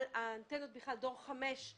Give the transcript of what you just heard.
על אנטנות דור 5,